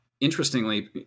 interestingly